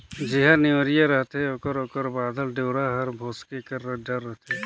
जेहर नेवरिया रहथे ओकर ओकर बाधल डोरा हर भोसके कर डर रहथे